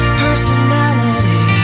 personality